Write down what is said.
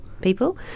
people